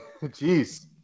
Jeez